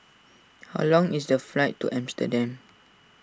how long is the flight to Amsterdam